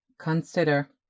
Consider